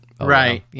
Right